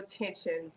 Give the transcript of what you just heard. attention